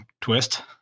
twist